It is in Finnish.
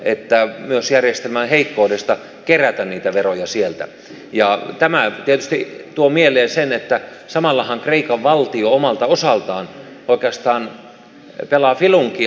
että myös järjestelmän heikkoudesta kerätä niitä veroja sieltä ja tämä yhteys ei tuo mieleen sen että samalla kreikan valtio omalta osaltaan oikeastaan jokela filunki